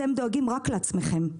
אתם דואגים רק לעצמכם.